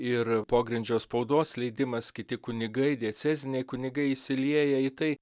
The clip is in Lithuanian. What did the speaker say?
ir pogrindžio spaudos leidimas kiti kunigai dieceziniai kunigai įsilieja į tai